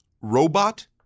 robot